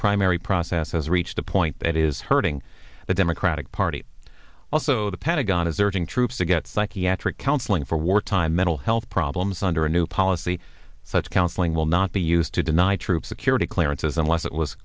primary process has reached a point that is hurting the democratic party also the pentagon is urging troops to get psychiatric counseling for wartime mental health problems under a new policy such counseling will not be used to deny troops security clearances unless it was